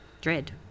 dread